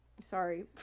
Sorry